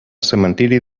cementiri